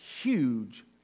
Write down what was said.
huge